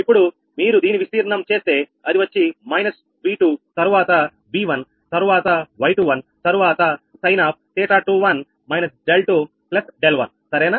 ఇప్పుడు మీరు దీని విస్తీర్ణం చేస్తే అది వచ్చి మైనస్ 𝑉2 తరువాత 𝑉1 తరువాత 𝑌21 తరువాత sin⁡𝜃21−𝛿2𝛿1 సరేనా